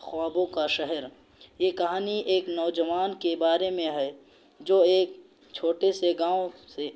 خوابوں کا شہر یہ کہانی ایک نوجوان کے بارے میں ہے جو ایک چھوٹے سے گاؤں سے